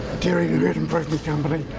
dairy herd improvement company,